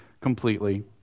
completely